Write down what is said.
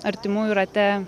artimųjų rate